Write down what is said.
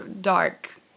dark